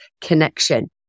connection